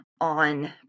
on